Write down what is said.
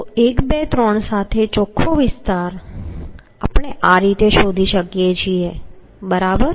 તો 1 2 3 સાથે ચોખ્ખો વિસ્તાર આપણે આ રીતે શોધી શકીએ છીએ બરાબર